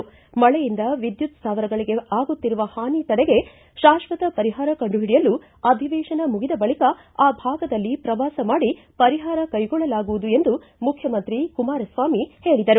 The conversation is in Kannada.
ಮಳೆಯಿಂದ ವಿದ್ಯುತ್ ಸ್ಥಾವರಗಳಿಗೆ ಆಗುತ್ತಿರುವ ಹಾನಿ ತಡೆಗೆ ಶಾಕ್ಷತ ಪರಿಹಾರ ಕಂಡು ಹಿಡಿಯಲು ಅಧಿವೇಶನ ಮುಗಿದ ಬಳಿಕ ಆ ಭಾಗದಲ್ಲಿ ಪ್ರವಾಸ ಮಾಡಿ ಪರಿಹಾರ ಕೈಗೊಳ್ಳಲಾಗುವುದು ಎಂದು ಮುಖ್ಯಮಂತ್ರಿ ಮುಖ್ಯಮಂತ್ರಿ ಕುಮಾರಸ್ವಾಮಿ ಹೇಳಿದರು